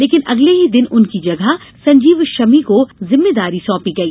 लेकिन अगले ही दिन उनकी जगह संजीव शमी को जिम्मेदारी सौपी गई